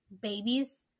babies